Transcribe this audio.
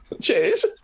cheers